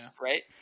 right